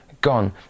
gone